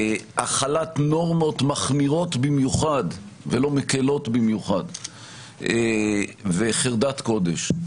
החלת נורמות מחמירות במיוחד ולא מקלות במיוחד וחרדת קודש.